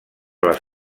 les